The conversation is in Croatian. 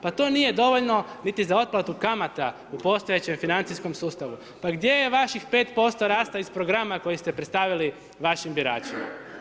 Pa to nije dovoljno niti za otplatu kamata u postojećem financijskom sustavu, pa gdje je vaših 5% rasta iz Programa koji ste predstavili vašim biračima.